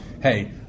hey